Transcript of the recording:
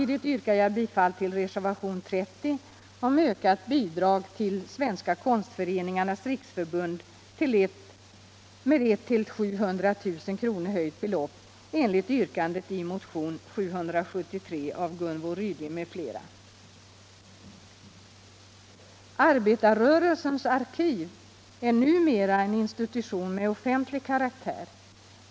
Arbetarrörelsens arkiv är numera en institution med offentlig karaktär.